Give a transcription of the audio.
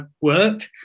work